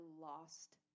lost